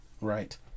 Right